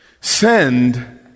send